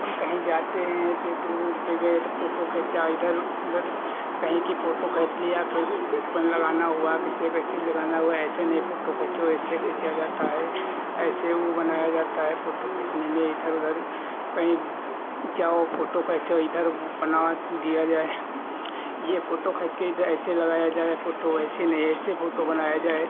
अपन कहीं जाते हैं चित्रकूट वग़ैरह तो कहीं फ़ोटो खींचा इधर उधर कहीं की फ़ोटो खींच लिया फिर उसको लगाना हुआ तो कैसे किसी में रहना हुआ ऐसे नहीं फ़ोटो खींचो ऐसे खींची जाती है ऐसे वह बनाई जाती है फ़ोटो खींचने में इधर उधर कहीं जाओ फ़ोटो खींचो इधर बना दिया जाए यह फ़ोटो खींच के इधर ऐसे लगाई जाए यह फ़ोटो ऐसे नहीं ऐसे फ़ोटो बनाई जाए